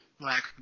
Black